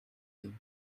you